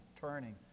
turning